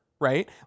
right